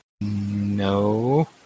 No